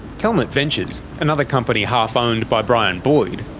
telmet ventures, another company half-owned by brian boyd,